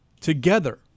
together